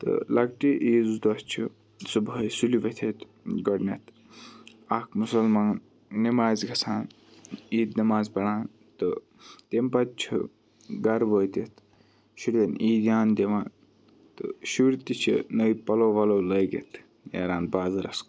تہٕ لَکچہِ عیٖز دۄہ چھِ صُبحٲے سُلہِ ؤتھِتھ گۄڈٕنیٚتھ اَکھ مُسَلمان نمازِ گَژھان عیٖد نماز پَران تہٕ تمہِ پَتہٕ چھِ گَرٕ وٲتِتھ شُرٮ۪ن عیٖدیان دِوان تہٕ شُرۍ تہٕ چھِ نٔے پَلَو وَلَو لٲگِتھ نیران بازرَس کُن